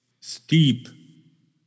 steep